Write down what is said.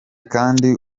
kandi